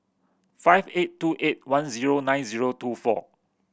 five eight two eight one zero nine zero two four